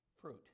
fruit